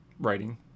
writing